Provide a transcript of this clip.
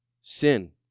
sin